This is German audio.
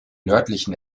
nördlichen